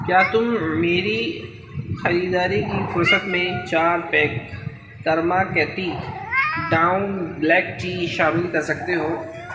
کیا تم میری خریداری کی فرصت میں چار پیک کرما کیتی ڈاون بلیک ٹی شامل کر سکتے ہو